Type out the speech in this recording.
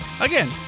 Again